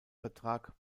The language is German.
vertrag